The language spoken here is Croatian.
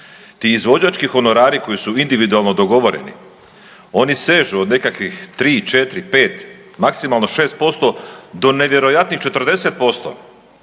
Ti izvođački honorari koji su individualno dogovoreni, oni sežu od nekakvih 3, 4, 5, maksimalno 6% do nevjerojatnih 40%.